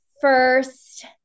first